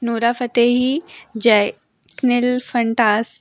नूरा फ़तेही जैकनिल फ़ंटास